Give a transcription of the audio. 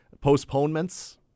postponements